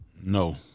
No